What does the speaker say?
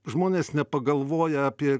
žmonės nepagalvoja apie